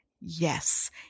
Yes